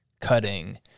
cutting